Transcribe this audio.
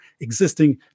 existing